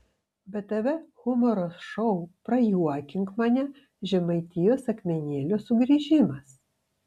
btv humoro šou prajuokink mane žemaitijos akmenėlio sugrįžimas